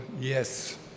yes